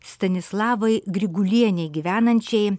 stanislavai grigulienei gyvenančiai